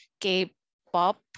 K-pop